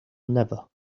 never